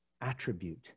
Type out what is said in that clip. Attribute